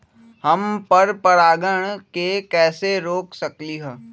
हम पर परागण के कैसे रोक सकली ह?